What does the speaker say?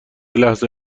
لحظه